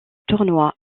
tournoi